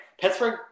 Pittsburgh –